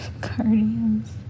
Guardians